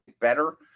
better